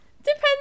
Depends